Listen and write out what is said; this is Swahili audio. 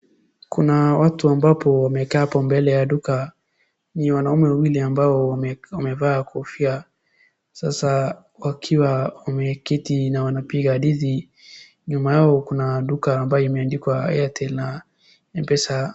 Kuna watu ambapo wamekaa hapo mbele ya duka, ni wanaume wawili ambao wamevaa kofia, sasa wakiwa wameketi na wanapiga hadithi, nyuma yao kuna duka ambayo imeandikwa Airtel na M-pesa.